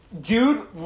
dude